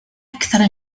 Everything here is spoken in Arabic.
أكثر